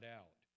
out